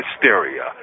hysteria